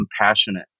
compassionate